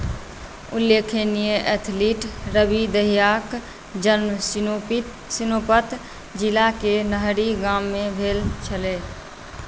उल्लेखनीय एथलीट रवि दहियाक जन्म सोनीपत जिलाके नहरी गाममे भेल छलै